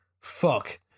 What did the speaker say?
Fuck